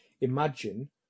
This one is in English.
imagine